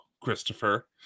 Christopher